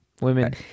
women